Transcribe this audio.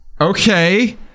Okay